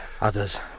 Others